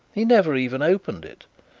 he never even opened it.